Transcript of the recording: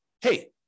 hey